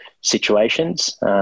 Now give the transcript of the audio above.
situations